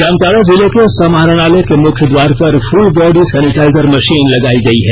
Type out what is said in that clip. जामताड़ा जिले के समाहरणालय के मुख्य द्वार पर फुल बॉडी सैनिटाइजर मशीन लगाई गई है